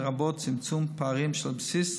לרבות צמצום פערים על בסיס